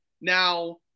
Now –